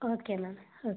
okay ma'am okay